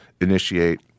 initiate